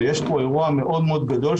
ויש פה אירוע מאוד מאוד גדול,